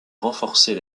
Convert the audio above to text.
renforcer